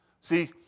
See